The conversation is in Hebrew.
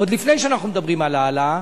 עוד לפני שאנחנו מדברים על העלאה.